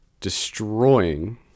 destroying